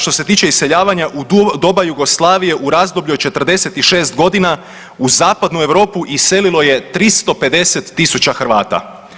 Što je tiče iseljavanja, u doba Jugoslavije u razdoblju od 46 godina u zapadnu Europu iselilo je 350 tisuća Hrvata.